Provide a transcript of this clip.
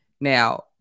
Now